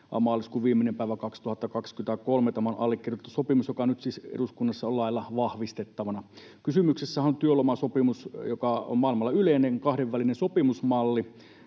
maaliskuun viimeinen päivä 2023 on allekirjoitettu tämä sopimus, joka nyt siis eduskunnassa on lailla vahvistettavana. Kysymyksessähän on työlomasopimus, joka on maailmalla yleinen kahdenvälinen sopimusmalli,